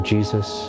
Jesus